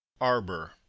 Arbor